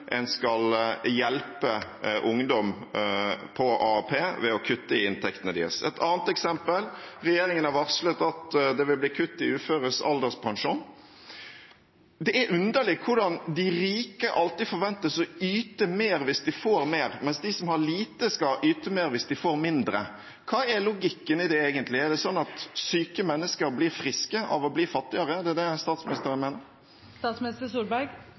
en skal hjelpe ungdom på AAP ved å kutte i inntektene deres. Et annet eksempel: Regjeringen har varslet at det vil bli kutt i uføres alderspensjon. Det er underlig hvordan de rike alltid forventes å yte mer hvis de får mer, mens de som har lite, skal yte mer hvis de får mindre. Hva er logikken i det, egentlig? Er det sånn at syke mennesker blir friske av å bli fattigere? Er det det statsministeren